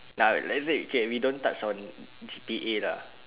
nah let say okay we don't touch on G_P_A lah